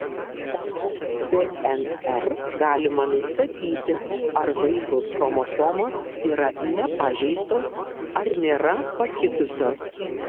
pagal dnr galima nustatyti ar vaisiaus chromosomos yra nepažeistos ar nėra pakitusios